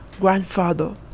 grandfather